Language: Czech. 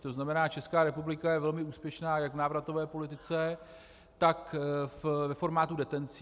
To znamená, že Česká republika je velmi úspěšná jak v návratové politice, tak ve formátu detencí.